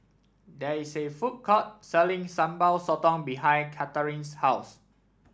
there is a food court selling Sambal Sotong behind Katharyn's house